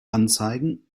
anzeigen